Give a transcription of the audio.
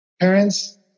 Parents